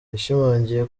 yashimangiye